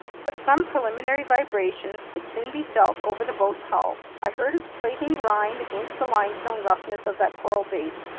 but some preliminary vibrations could soon be felt over the boat's hull. i heard its plating grind against the limestone roughness of that coral base.